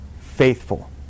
faithful